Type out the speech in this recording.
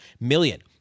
million